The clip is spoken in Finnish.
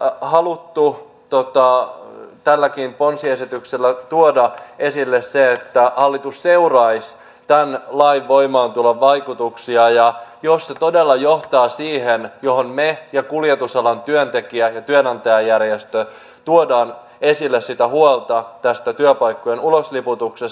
me olemme halunneet tälläkin ponsiesityksellä tuoda esille sen että hallitus seuraisi tämän lain voimaantulon vaikutuksia ja jos se todella johtaa siihen josta me ja kuljetusalan työntekijä ja työnantajajärjestö tuomme esille sitä huolta eli tähän työpaikkojen ulosliputukseen